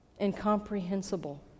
incomprehensible